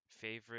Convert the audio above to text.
favorite